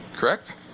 correct